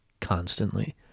constantly